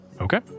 Okay